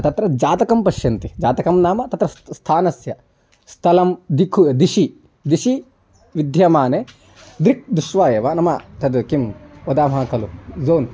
तत्र जातकं पश्यन्ति जातकं नाम तत्र स् स्थानस्य स्थलं दिक्खु दिशि दिशि विद्यमाने दिक् दृष्ट्वा एव नाम तद् किं वदामः खलु ज़ोन्